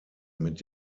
mit